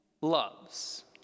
loves